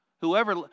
Whoever